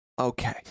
Okay